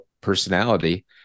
personality